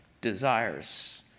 desires